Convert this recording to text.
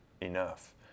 enough